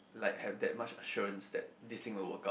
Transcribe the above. like have that much assurance that this thing will work out